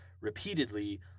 repeatedly